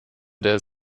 der